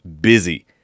busy